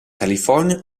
california